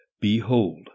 behold